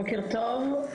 בוקר טוב,